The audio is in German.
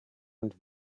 und